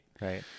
Right